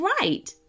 right